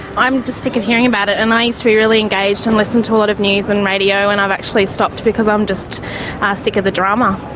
i'm just sick of hearing about it, and i used to be really engaged and listen to a lot of news and radio and i've actually stopped because i'm just ah sick of the drama.